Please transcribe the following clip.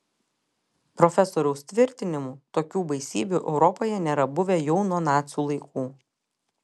profesoriaus tvirtinimu tokių baisybių europoje nėra buvę jau nuo nacių laikų